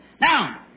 Now